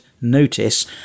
notice